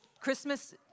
Christmas